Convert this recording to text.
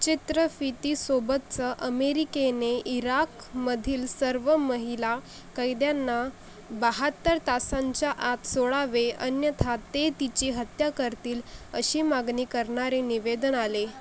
चित्रफितीसोबतचं अमेरिकेने इराकमधील सर्व महिला कैद्यांना बाहत्तर तासांच्या आत सोडावे अन्यथा ते तिची हत्या करतील अशी मागणी करणारे निवेदन आले